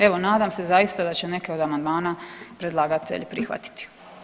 Evo nadam se zaista da će neke od amandmana predlagatelj prihvatiti.